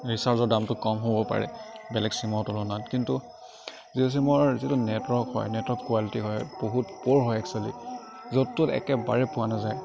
ৰিচাৰ্জৰ দামটো কম হ'ব পাৰে বেলেগ চিমৰ তুলনাত কিন্তু জিঅ' চিমৰ যিটো নেটৰ্ৱক হয় নেটৰ্ৱক কোৱালিটি হয় বহুত প'ৰ হয় একচুৱেলী য'ত ত'ত একেবাৰে পোৱা নাযায়